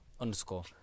underscore